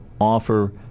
offer